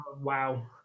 wow